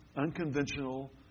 unconventional